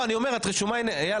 אייל